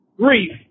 Grief